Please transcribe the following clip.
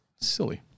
Silly